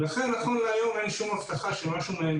ולכן נכון להיום אין שום הבטחה שמשהו מהם